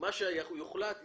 שיוחלט יקרה.